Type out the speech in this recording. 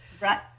Right